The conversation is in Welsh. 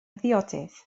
ddiodydd